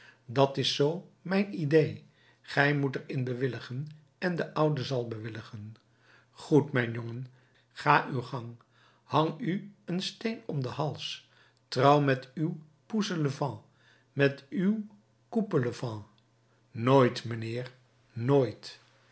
dat is zoo mijn idee gij moet er in bewilligen en de oude zal bewilligen goed mijn jongen ga uw gang hang u een steen om den hals trouw met uw pousselevent met uw coupelevent nooit mijnheer nooit